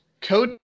Code